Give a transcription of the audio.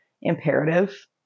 imperative